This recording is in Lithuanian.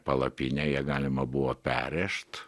palapinę ją galima buvo perrėžt